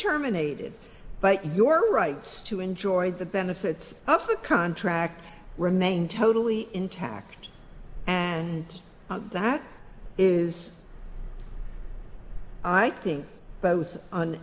terminated by your rights to enjoy the benefits of the contract remain totally intact and that is i think both on